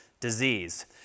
disease